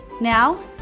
Now